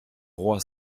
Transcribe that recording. roi